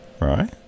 right